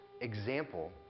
example